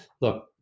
look